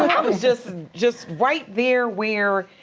i was just and just right there where.